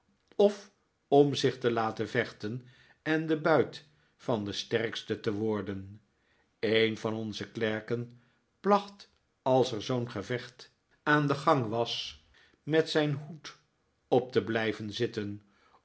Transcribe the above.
of om zich te laten vechten en de buit van den sterkste te worden een van onze klerken placht als er zoo'n gevecht aan den gang was met zijn hoed op te blijven zitten